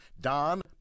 Don